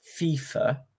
FIFA